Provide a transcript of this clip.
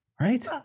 Right